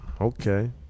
Okay